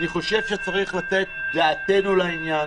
אני חושב שצריך לתת את דעתנו לעניין.